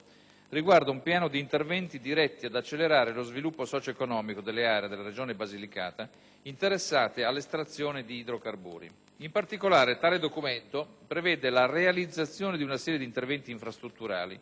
riguarda un piano di interventi diretti ad accelerare lo sviluppo socio-economico delle aree della Regione Basilicata interessate all'estrazione di idrocarburi. In particolare, tale documento prevede la realizzazione di una serie di interventi infrastrutturali,